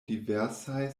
diversaj